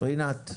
רינת.